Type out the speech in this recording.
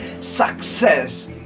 success